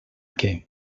què